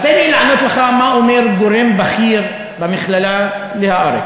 אז תן לי לענות לך במה אומר גורם בכיר במכללה ל"הארץ":